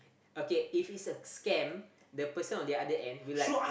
okay if it's a scam the person on the end will like